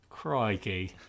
Crikey